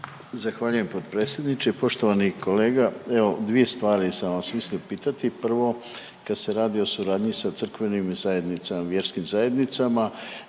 Zahvaljujem potpredsjedniče. Poštovani kolega, evo dvije stvari sam vas mislio pitati. Prvo, kad se radi o suradnji sa crkvenim zajednicama i vjerskim zajednicama